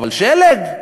אבל שלג?